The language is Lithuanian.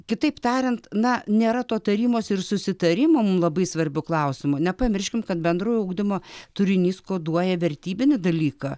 kitaip tariant na nėra to tarimosi ir susitarimo mum labai svarbiu klausimu nepamirškim kad bendrojo ugdymo turinys koduoja vertybinį dalyką